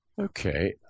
Okay